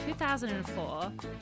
2004